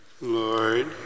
Lord